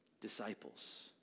disciples